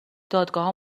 دادگاهها